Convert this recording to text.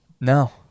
No